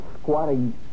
squatting